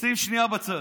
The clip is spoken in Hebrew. שים שנייה בצד,